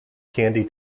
candy